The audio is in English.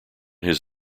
his